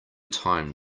time